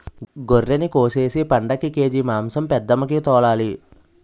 గొర్రినికోసేసి పండక్కి కేజి మాంసం పెద్దమ్మికి తోలాలి